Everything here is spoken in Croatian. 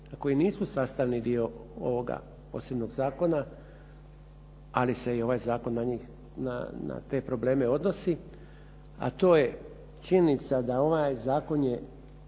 koji nisu sastavni dio ovoga posebnog zakona, ali se i ovaj zakon na njih, na te probleme odnosi, a to je činjenica da ovaj zakon je